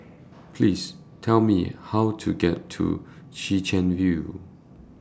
Please Tell Me How to get to Chwee Chian View